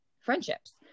friendships